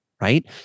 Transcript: right